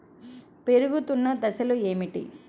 పెరుగుతున్న దశలు ఏమిటి?